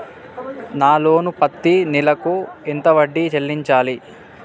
నా లోను పత్తి నెల కు ఎంత వడ్డీ చెల్లించాలి?